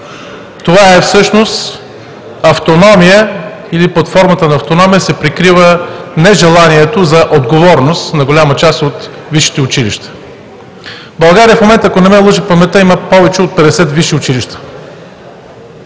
Това е всъщност автономия или под формата на автономия се прикрива нежеланието за отговорност на голяма част от висшите училища. В България в момента, ако не ме лъже паметта, има повече от 50 висши училища.